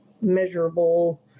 measurable